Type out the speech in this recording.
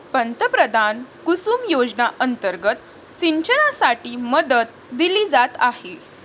पंतप्रधान कुसुम योजना अंतर्गत सिंचनासाठी मदत दिली जात आहे